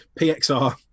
PXR